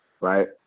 right